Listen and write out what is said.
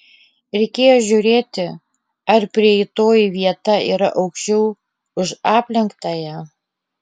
reikėjo žiūrėti ar prieitoji vieta yra aukščiau už aplenktąją